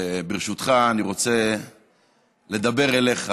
ברשותך, אני רוצה לדבר אליך